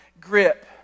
grip